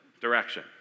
direction